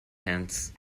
hands